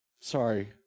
Sorry